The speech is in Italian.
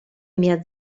mia